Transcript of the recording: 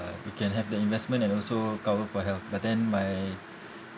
you can have the investment and also cover for health but then my